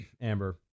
Amber